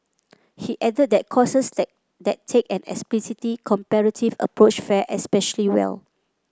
he added that courses that that take an explicitly comparative approach fare especially well